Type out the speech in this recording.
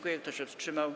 Kto się wstrzymał?